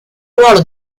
ruolo